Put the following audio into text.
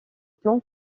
plan